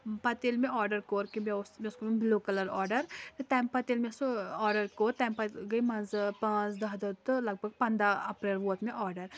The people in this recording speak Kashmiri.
پَتہٕ ییٚلہِ مےٚ آرڈَر کوٚر کہِ مےٚ اوس مےٚ اوس کوٚرمُت بِلوٗ کَلَر آرڈَر تہٕ تَمہِ پَتہٕ ییٚلہِ مےٚ سُہ آرڈَر کوٚر تَمہِ پَتہٕ گٔے منٛزٕ پانٛژھ دَہ دۄہ تہٕ لَگ بَگ پَنٛداہ اپریل ووت مےٚ آرڈَر